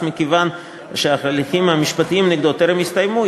אך מכיוון שההליכים המשפטיים נגדו טרם הסתיימו,